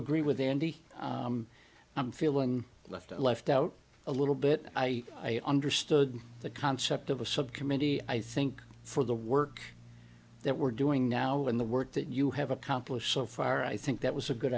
agree with andy i'm feeling left left out a little bit i understood the concept of a subcommittee i think for the work that we're doing now in the work that you have accomplished so far i think that was a good